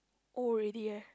old already eh